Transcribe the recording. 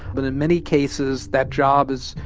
but in many cases, that job is,